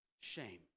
Shame